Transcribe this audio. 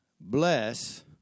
Bless